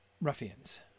ruffians